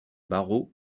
barreau